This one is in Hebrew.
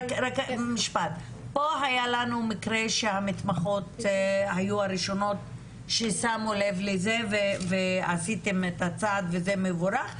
לנו מקרה שהמתמחות היו הראשונות ששמו לב לזה ועשיתן את הצעד וזה מבורך,